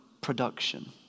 production